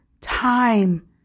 time